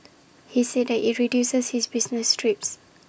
he said that IT reduces his business trips